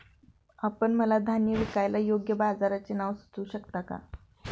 आपण मला धान्य विकायला योग्य बाजाराचे नाव सुचवू शकता का?